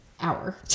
hour